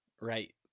Right